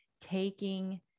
taking